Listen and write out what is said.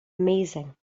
amazing